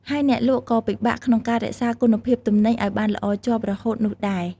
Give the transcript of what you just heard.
ហើយអ្នកលក់ក៏ពិបាកក្នុងការរក្សាគុណភាពទំនិញឲ្យបានល្អជាប់រហូតនោះដែរ។